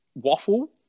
Waffle